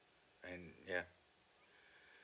and yeah